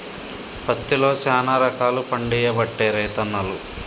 పత్తిలో శానా రకాలు పండియబట్టే రైతన్నలు